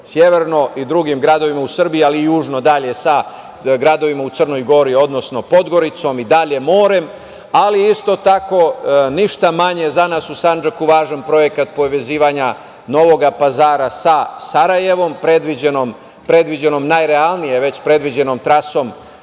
severno i drugim gradovima u Srbiji, ali i južno dalje sa gradovima u Crnoj Gori, odnosno Podgoricom i dalje prema moru. Isto tako ništa manje za nas u Sandžaku važan projekat je povezivanje Novog Pazara sa Sarajevom, predviđenom najrealnije već predviđenom trasom